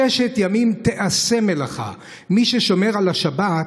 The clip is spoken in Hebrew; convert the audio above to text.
ששת ימים תיעשה מלאכה, מי ששומר על השבת,